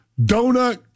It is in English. donut